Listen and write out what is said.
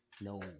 No